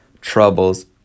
troubles